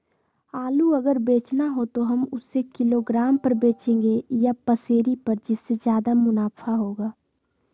आलू अगर बेचना हो तो हम उससे किलोग्राम पर बचेंगे या पसेरी पर जिससे ज्यादा मुनाफा होगा?